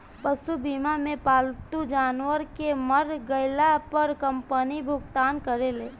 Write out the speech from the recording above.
पशु बीमा मे पालतू जानवर के मर गईला पर कंपनी भुगतान करेले